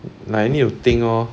like I need to think lor